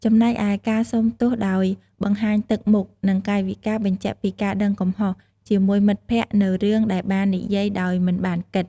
ចំណែកឯ ការសូមទោសដោយបង្ហាញទឹកមុខ និងកាយវិការបញ្ជាក់ពីការដឹងកំហុសជាមួយមិត្តភក្តិនូវរឿងដែលបាននិយាយដោយមិនបានគិត។